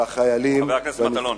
והחיילים, חבר הכנסת מטלון,